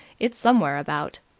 it's somewhere about.